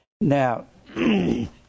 Now